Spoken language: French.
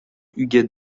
huguette